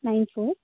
nine four